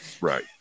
Right